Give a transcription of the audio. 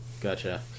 Gotcha